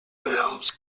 valves